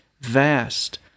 vast